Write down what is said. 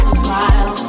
smile